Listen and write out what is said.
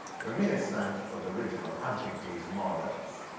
reminiscent of the original amp-in-case models,